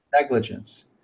Negligence